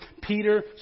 Peter